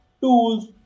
tools